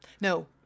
No